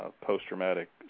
post-traumatic